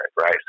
Right